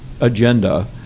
agenda